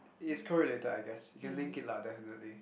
it is co-related I guess you can link it lah definitely